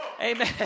Amen